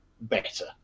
better